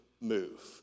Move